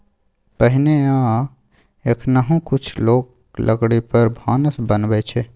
पहिने आ एखनहुँ कुछ लोक लकड़ी पर भानस बनबै छै